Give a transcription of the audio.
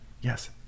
yes